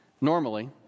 normally